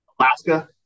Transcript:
Alaska